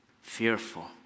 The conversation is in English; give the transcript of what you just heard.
fearful